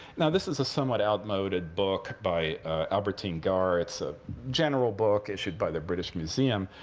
now, this is a somewhat outmoded book by albertine garr. it's a general book issued by the british museum.